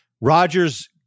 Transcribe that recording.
Rodgers